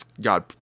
God